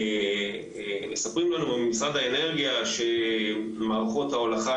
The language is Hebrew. מספרים לנו ממשרד האנרגיה שמערכות ההולכה